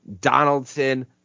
Donaldson